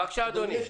בבקשה, אדוני.